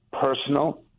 personal